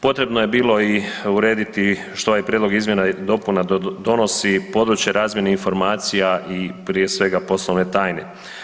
Potrebno je bilo i urediti što ovaj Prijedlog izmjena i dopuna donosi, područje razvojna informacija i prije svega poslovne tajne.